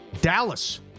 Dallas